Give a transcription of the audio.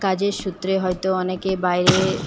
কাজের সূত্রে হয়তো অনেকে বাইরে